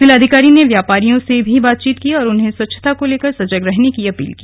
जिलाधिकारी ने व्यापारियों से भी बातचीत की और उन्हें स्वच्छता को लेकर सजग रहने की अपील की